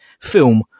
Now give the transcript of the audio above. film